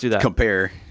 compare